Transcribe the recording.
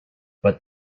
but